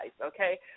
Okay